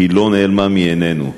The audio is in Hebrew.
לא נעלמו מעינינו.